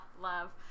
love